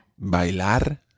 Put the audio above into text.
Bailar